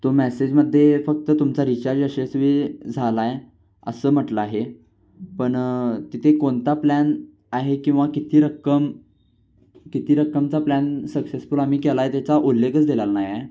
तो मॅसेजमध्ये फक्त तुमचा रिचार्ज यशस्वी झाला आहे असं म्हटलं आहे पण तिथे कोणता प्लॅन आहे किंवा किती रक्कम किती रक्कमचा प्लॅन सक्सेसफुल आम्ही केला आहे त्याचा उल्लेखच दिलेला नाही आहे